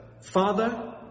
Father